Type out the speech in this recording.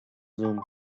zoom